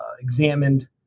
examined